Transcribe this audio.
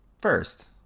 first